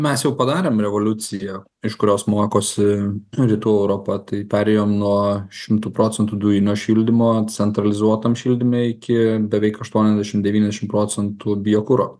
mes jau padarėm revoliuciją iš kurios mokosi rytų europa tai perėjom nuo šimtu procentų dujinio šildymo centralizuotam šildyme iki beveik aštuoniasdešimt devyniasdešimt procentų biokuro